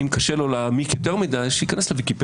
אם קשה לו להעמיק יותר מדי לוויקיפדיה,